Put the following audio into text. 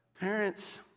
parents